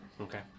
Okay